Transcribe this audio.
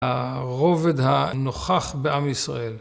הרובד הנוכח בעם ישראל.